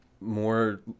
more